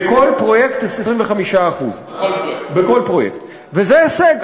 בכל פרויקט 25%. וזה הישג.